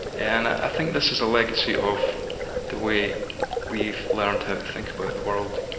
and i think this is a legacy of the way we've learnt how to think about the world.